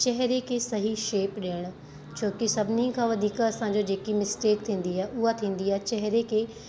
चहिरे खे सही शेप ॾियणु छो की सभिनी खां वधीक असांजो जेकी मिस्टेक थींदी आहे उहा थींदी आहे चहिरे खे